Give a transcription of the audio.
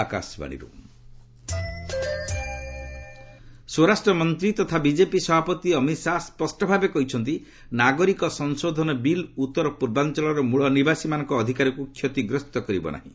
ଆସାମ୍ ସ୍ୱରାଷ୍ଟ୍ରମନ୍ତ୍ରୀ ତଥା ବିଜେପି ସଭାପତି ଅମିତ ଶାହା ସ୍ୱଷ୍ଟ ଭାବେ କହିଛନ୍ତି ନାଗରିକ ସଂଶୋଧନ ବିଲ୍ ଉତ୍ତର ପୂର୍ବାଞ୍ଚଳର ମୂଳ ନିବାସୀମାନଙ୍କ ଅଧିକାରକୁ କ୍ଷତିଗ୍ରସ୍ତ କରିବ ନାହିଁ